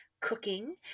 cooking